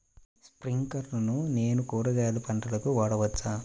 స్ప్రింక్లర్లను నేను కూరగాయల పంటలకు వాడవచ్చా?